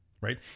right